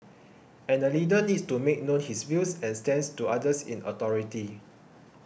and a leader needs to make known his views and stance to others in authority